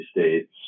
states